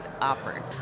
offered